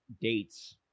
dates